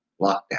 lockdown